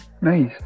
Nice